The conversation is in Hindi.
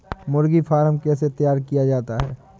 मुर्गी फार्म कैसे तैयार किया जाता है?